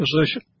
position